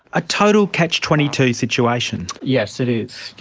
a total catch twenty two situation. yes, it is.